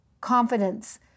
confidence